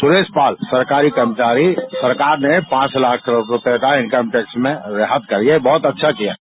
सुरेश पाल सरकारी कर्मचारी सरकार ने पांच लाख करोड़ रूपये का इनकम टैक्स में राहत करके बहुत अच्छा किया है